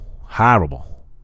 Horrible